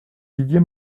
didier